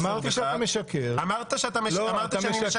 אמרתי שאתה משקר --- אמרת שאני משקר,